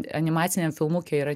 animaciniam filmuke yra